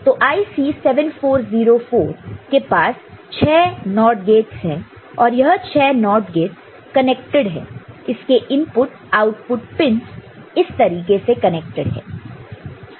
तो IC 7404 के पास 6 NOT गेट्स है और यह 6 NOT गेट्स कनेक्टेड है इसके इनपुट आउटपुट पिनस इस तरीके से कनेक्टड है